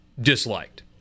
disliked